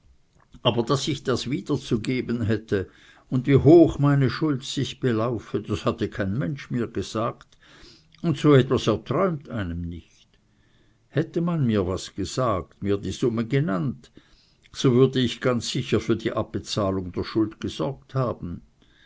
aber daß ich das wiederzugeben hätte und wie hoch meine schuld sich belaufe das hatte kein mensch mir gesagt und so etwas erträumt einem nicht hätte man mir was gesagt mir die summe genannt so würde ich ganz sicher für die abbezahlung der schuld gesorgt haben